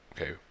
Okay